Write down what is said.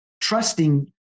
trusting